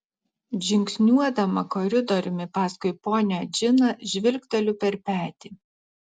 žingsniuodama koridoriumi paskui ponią džiną žvilgteliu per petį